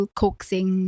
coaxing